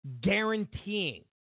guaranteeing